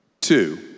two